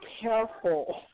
careful